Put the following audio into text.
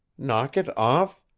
knock it off?